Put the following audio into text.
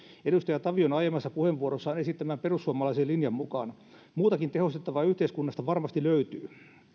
edustaja tavion aiemmassa puheenvuorossaan esittämän perussuomalaisen linjan mukaan muutakin tehostettavaa yhteiskunnasta varmasti löytyy